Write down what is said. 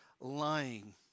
lying